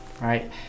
right